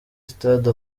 sitade